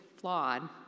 flawed